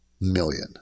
million